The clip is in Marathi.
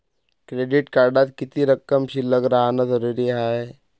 क्रेडिट कार्डात किती रक्कम शिल्लक राहानं जरुरी हाय?